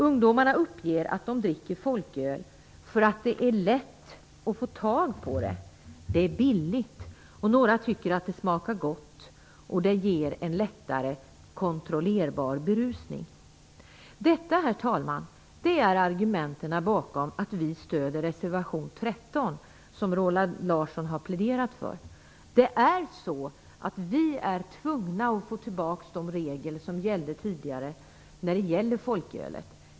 Ungdomarna uppger att de dricker folköl för att det är lätt att få tag på det, det är billigt och några tycker att det smakar gott och det ger en lättare kontrollerbar berusning. Herr talman! Detta är argumenten bakom att vi stöder reservation 13 som Roland Larsson har pläderat för. Vi är tvungna att få tillbaks de regler som gällde tidigare för folkölet.